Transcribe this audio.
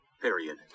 Period